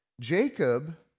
Jacob